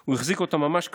הוא החזיק אותם ממש קצר,